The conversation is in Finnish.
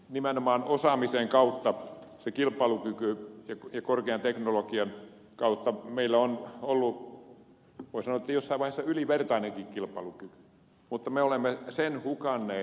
nimenomaan osaamisen kautta ja korkean teknologian kautta meillä on ollut voi sanoa jossain vaiheessa ylivertainenkin kilpailukyky mutta me olemme sen hukanneet